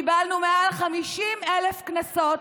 קיבלנו מעל ל-50,000 קנסות,